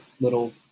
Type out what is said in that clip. little